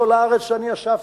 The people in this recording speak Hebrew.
כל הארץ אני אספתי",